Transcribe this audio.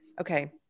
okay